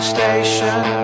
Station